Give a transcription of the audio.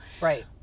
Right